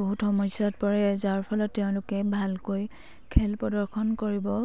বহুত সমস্যাত পৰে যাৰ ফলত তেওঁলোকে ভালকৈ খেল প্ৰদৰ্শন কৰিব